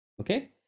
okay